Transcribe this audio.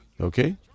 Okay